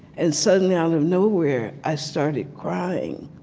and suddenly, out of nowhere, i started crying.